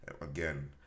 again